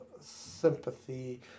sympathy